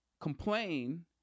complain